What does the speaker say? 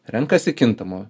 renkasi kintamą